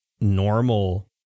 normal